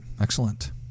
Excellent